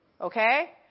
Okay